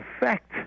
effect